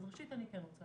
אז ראשית אני כן רוצה